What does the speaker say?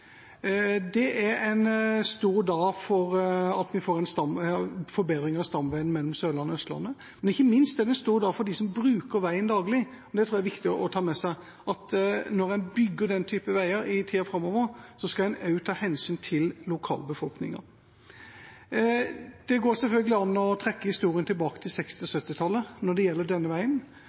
Det er en stor dag at vi får en forbedring av stamveien mellom Sørlandet og Østlandet, men ikke minst er det en stor dag for dem som bruker veien daglig. Det tror jeg det er viktig å ta med seg, at når man bygger den type veier i tida framover, skal man også ta hensyn til lokalbefolkningen. Det går selvfølgelig an å trekke historien tilbake til 1960- og 1970-tallet når det gjelder denne veien.